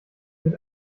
mit